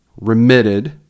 remitted